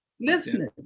listening